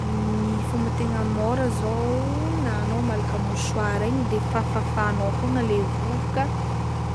Ny fomba tegna môra zao na anao malaka mouchoir igny de fafafagnao fogna le vovoka